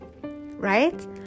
right